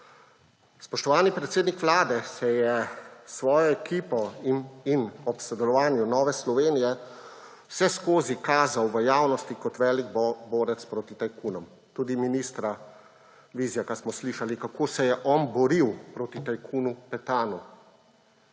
Spoštovani predsednik Vlade se je s svojo ekipo in ob sodelovanju Nove Slovenije vseskozi kazal v javnosti kot velik borec proti tajkunom. Tudi ministra Vizjaka smo slišali, kako se je on boril proti tajkunu Petanu,